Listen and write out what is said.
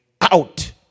out